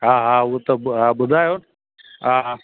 हा हा उओ त ॿुधायो हा हा